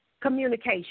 communication